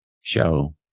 show